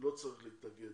לא צריך להתנגד,